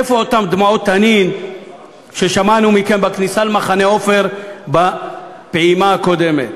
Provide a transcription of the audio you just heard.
איפה אותן דמעות תנין ששמענו מכם בכניסה למחנה עופר בפעימה הקודמת?